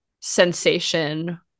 sensation